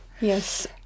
Yes